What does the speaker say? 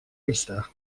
vista